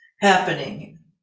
happening